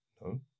No